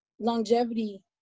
longevity